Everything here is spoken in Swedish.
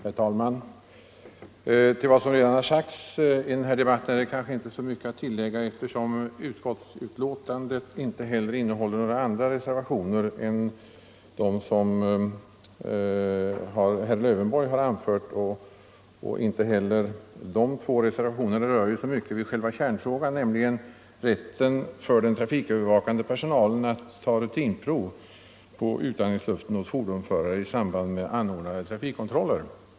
Herr talman! Till vad som redan har sagts i den här debatten är kanske inte mycket att tillägga, eftersom utskottsbetänkandet inte innehåller några andra reservationer än de som herr Lövenborg har avgivit. Dessa två reservationer rör inte så mycket själva kärnfrågan, nämligen rätten för den trafikövervakande personalen att ta rutinprov på utandningsluft från fordonsförare i samband med anordnade trafikkontroller.